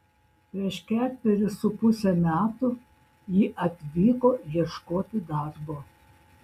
prieš ketverius su puse metų ji atvyko ieškoti darbo